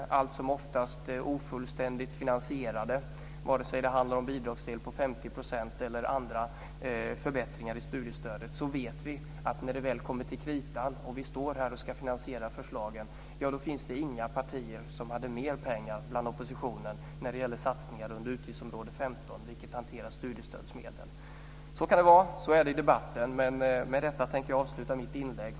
De är alltsomoftast ofullständigt finansierade. Vare sig det handlar om bidragsdel på 50 % eller andra förbättringar i studiestödet vet vi att det när det väl kommer till kritan och vi står här och ska finansiera förslagen inte finns några partier i oppositionen som har mer pengar när det gäller satsningar under utgiftsområde 15, vilket hanterar studiestödsmedel. Så kan det vara. Så är det i debatten. Med detta tänker jag avsluta mitt inlägg.